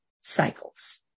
cycles